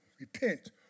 repent